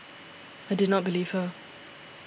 I did not believe her